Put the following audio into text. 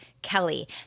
Kelly